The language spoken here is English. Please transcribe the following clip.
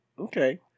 Okay